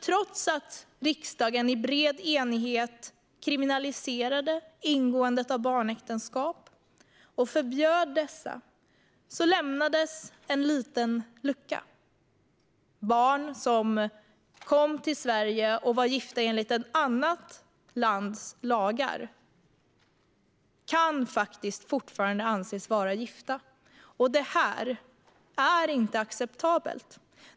Trots att riksdagen i bred enighet kriminaliserade ingående av barnäktenskap och förbjöd dessa lämnades en liten lucka. Barn som kommer till Sverige och är gifta enligt ett annat lands lagar kan faktiskt fortfarande anses vara gifta. Detta är inte acceptabelt.